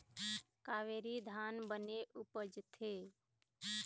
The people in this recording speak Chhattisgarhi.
कावेरी धान बने उपजथे?